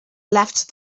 left